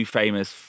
famous